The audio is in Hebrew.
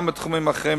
גם בתחומים אחרים,